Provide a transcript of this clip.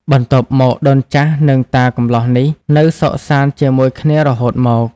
បន្ទាប់មកដូនចាស់និងតាកំលោះនេះ នៅសុខសាន្តជាមួយគ្នារហូតមក ។